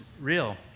real